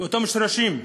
מאותם שורשים.